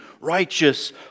Righteous